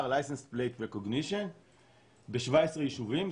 - License-plate recognition ב-17 יישובים.